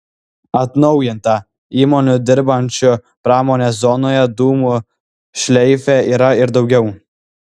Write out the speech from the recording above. atnaujinta įmonių dirbančių pramonės zonoje dūmų šleife yra ir daugiau